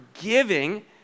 giving